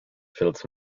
fills